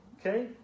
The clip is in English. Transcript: Okay